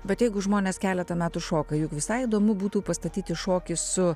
bet jeigu žmonės keletą metų šoka juk visai įdomu būtų pastatyti šokį su